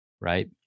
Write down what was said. Right